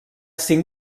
cinc